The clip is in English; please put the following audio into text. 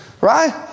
right